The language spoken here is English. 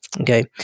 Okay